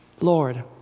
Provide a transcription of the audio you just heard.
Lord